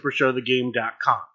supershowthegame.com